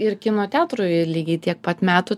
ir kino teatrui lygiai tiek pat metų